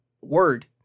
word